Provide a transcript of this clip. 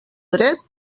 dret